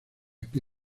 que